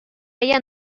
ella